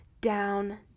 down